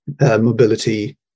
mobility